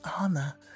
Anna